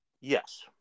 Yes